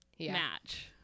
match